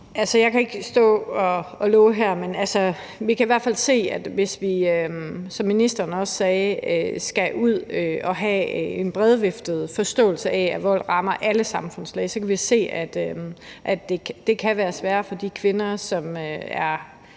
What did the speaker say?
jeg kan ikke stå og love det her, men vi kan i hvert fald se – som ministeren også sagde – at vi skal ud og have en bred forståelse af, at vold rammer alle samfundslag. Vi kan se, at det kan være sværere for de kvinder, som er